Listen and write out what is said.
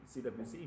CWC